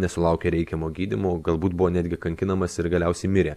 nesulaukė reikiamo gydymo galbūt buvo netgi kankinamas ir galiausiai mirė